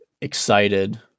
excited